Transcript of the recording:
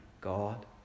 God